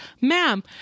ma'am